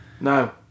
No